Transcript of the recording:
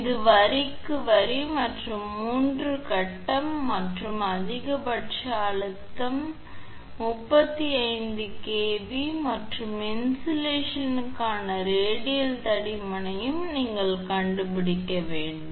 இது வரிக்கு வரி மற்றும் 3 கட்டம் மற்றும் அதிகபட்ச அழுத்தம் 35 𝑘𝑉is மற்றும் இன்சுலேஷன்க்கான ரேடியல் தடிமனையும் நீங்கள் கண்டுபிடிக்க வேண்டும்